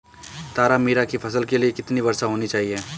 तारामीरा की फसल के लिए कितनी वर्षा होनी चाहिए?